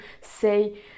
say